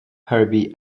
herbie